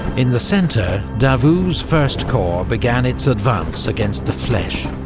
in the centre, davout's first corps began its advance against the fleches,